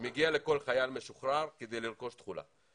שמגיע לכל חייל משוחרר כדי לרכוש תכולה.